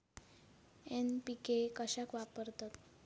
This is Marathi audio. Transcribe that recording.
एन.पी.के कशाक वापरतत?